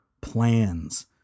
plans